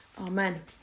Amen